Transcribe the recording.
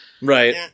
Right